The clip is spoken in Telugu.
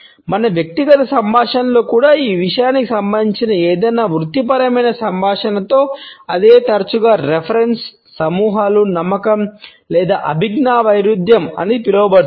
మన వ్యక్తిగత సంభాషణలలో కూడా ఆ విషయానికి సంబంధించిన ఏదైనా వృత్తిపరమైన సంభాషణలో ఇది తరచుగా రిఫరెన్స్ సమూహం నమ్మకాలు లేదా అభిజ్ఞా వైరుధ్యం అని పిలువబడుతుంది